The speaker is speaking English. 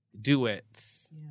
Duets